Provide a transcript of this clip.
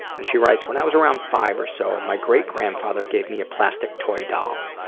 and she writes, when i was around five or so, my great grandfather gave me a plastic toy doll.